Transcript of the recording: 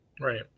Right